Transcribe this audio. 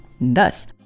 Thus